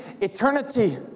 eternity